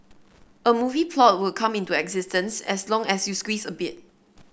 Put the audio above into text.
a movie plot will come into existence as long as you squeeze a bit